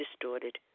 distorted